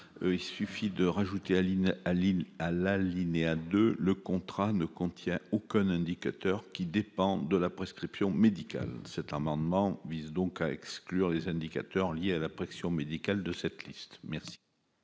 la ligne à ligne à l'alinéa 2 le contrat ne contient aucun indicateur qui dépend de la prescription médicale, cet amendement vise donc à exclure les indicateurs liés à la pression médicale de cette liste, merci.